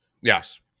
yes